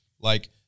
Like-